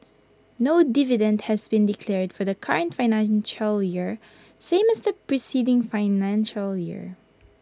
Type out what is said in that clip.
no dividend has been declared for the current financial year same as the preceding financial year